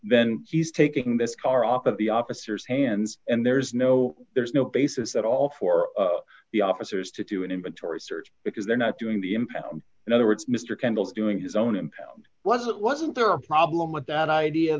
then he's taking this car off of the officers hands and there's no there's no basis at all for the officers to do an inventory search because they're not doing the impound in other words mr kendall is doing his own impound was it wasn't there a problem with that idea